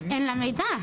אין לה מידע.